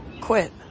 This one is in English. quit